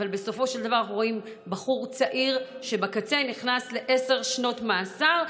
אבל בסופו של דבר רואים בחור צעיר שבקצה נכנס לעשר שנות מאסר.